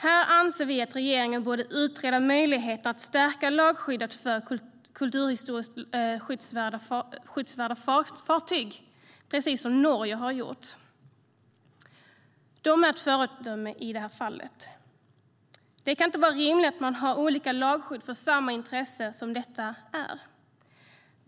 Här anser vi att regeringen borde utreda möjligheten att stärka lagskyddet för kulturhistoriskt skyddsvärda fartyg, precis som Norge har gjort. Norge är ett föredöme i det här fallet. Det kan inte vara rimligt att man har olika lagskydd för samma intresse, som detta är.